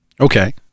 Okay